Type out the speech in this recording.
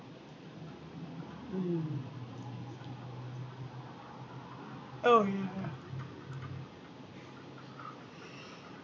mm orh ya ya